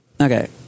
Okay